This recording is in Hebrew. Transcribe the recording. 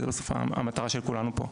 שזו בסוף המטרה של כולנו פה.